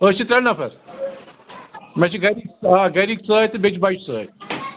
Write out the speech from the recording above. أسۍ چھِ ترٛےٚ نفر مےٚ چھِ گَرِکۍ آ سۭتۍ تہِ بیٚیہِ چھِ بَچہٕ سۭتۍ